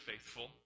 faithful